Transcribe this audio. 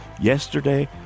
Yesterday